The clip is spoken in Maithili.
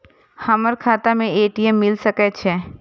हमर खाता में ए.टी.एम मिल सके छै?